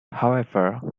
however